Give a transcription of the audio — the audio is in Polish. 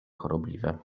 chorobliwe